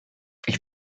ich